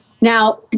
Now